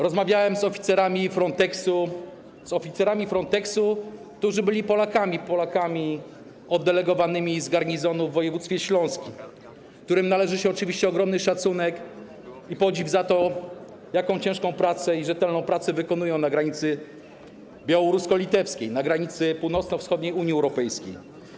Rozmawiałem z oficerami Fronteksu, z oficerami Fronteksu, którzy byli Polakami, oddelegowanymi z garnizonu w województwie śląskim, którym należy się oczywiście ogromny szacunek i podziw za to, jak ciężką i rzetelną pracę wykonują na granicy białorusko-litewskiej, na granicy północno-wschodniej Unii Europejskiej.